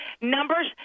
numbers –